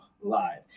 live